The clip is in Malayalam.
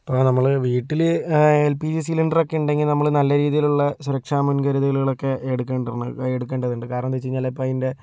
ഇപ്പോൾ നമ്മള് വീട്ടില് എൽ പി ജി സിലിണ്ടറൊക്കെ ഉണ്ടെങ്കിൽ നമ്മള് നല്ല രീതിയിലുള്ള സുരക്ഷ മുൻകരുതലുകളൊക്കെ എടുക്കേണ്ടർണക്ക് എടുക്കേണ്ടതുണ്ട് കാരണമെന്താണെന്ന് വെച്ച് കഴിഞ്ഞാല് ചിലപ്പോൾ അതിൻ്റെ